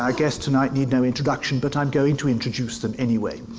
our guests tonight need no introduction. but i'm going to introduce them anyway.